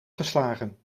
geslagen